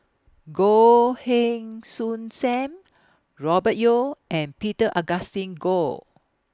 Goh Heng Soon SAM Robert Yeo and Peter Augustine Goh